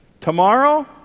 Tomorrow